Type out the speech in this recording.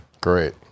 Great